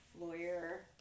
lawyer